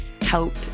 help